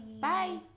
Bye